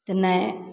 तऽ नहि